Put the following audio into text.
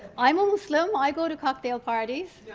i'm a muslim. i go to cocktail parties.